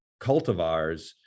cultivars